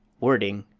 wording,